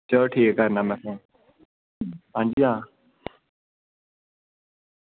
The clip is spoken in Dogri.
चलो ठीक करना में आं जी आं